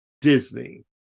Disney